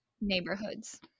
neighborhoods